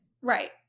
Right